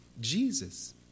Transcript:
Jesus